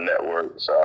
networks